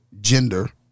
gender